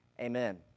Amen